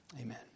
Amen